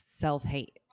self-hate